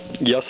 Yes